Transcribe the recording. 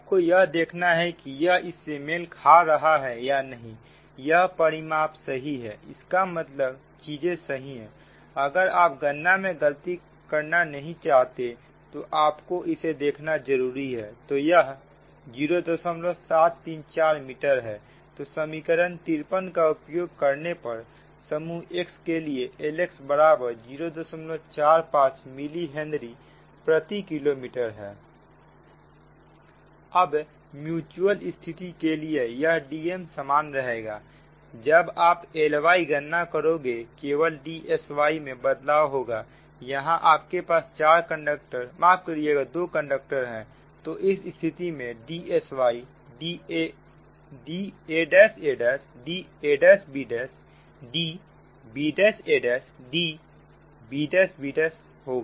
आपको यह देखना है कि यह इससे मेल खा रहा है या नहीं यह परिमाप सही है इसका मतलब चीजें सही है अगर आप गणना में गलती करना नहीं चाहते तो आपको इसे देखना जरूरी है तो यह 0734 मीटर है तो समीकरण 53 का उपयोग करने पर समूह x के लिए Lxबराबर 045 मिली हेनरी प्रति किलोमीटर है अब म्यूच्यूअल स्थिति के लिए यह Dmसमान रहेगा जब आप Lyगणना करोगे केवल Dsy में बदलाव होगा यहां आपके पास चार कंडक्टर माफ करिएगा दो कंडक्टर है तो इस स्थिति में Dsy DaaDabDbaDbbहोगा